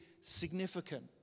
significant